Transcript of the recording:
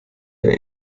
der